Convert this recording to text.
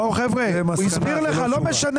זו מסקנה, זו לא תשובה.